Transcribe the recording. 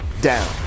down